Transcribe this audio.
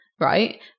right